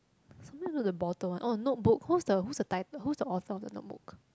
something to do with the bottle one oh notebook who's the who's the title who's the author of the notebook